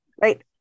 Right